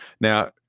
now